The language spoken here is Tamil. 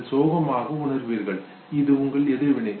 நீங்கள் சோகமாக உணர்வீர்கள் இது உங்கள் எதிர்வினை